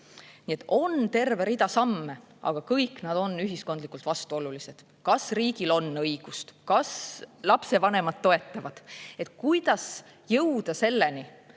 Nii et on terve rida samme, aga kõik nad on ühiskondlikult vastuolulised. Kas riigil on õigust? Kas lapse vanemad toetavad? Kuidas jõuda selleni,